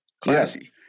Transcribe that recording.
Classy